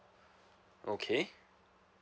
okay